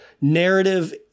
narrative